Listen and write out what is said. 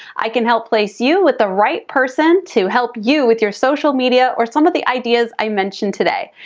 i can help place you with the right person to help you with your social media or some of the ideas i mentioned today.